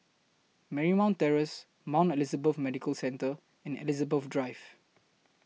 Marymount Terrace Mount Elizabeth Medical Centre and Elizabeth Drive